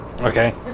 Okay